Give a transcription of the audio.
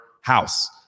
house